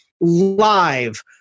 live